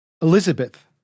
Elizabeth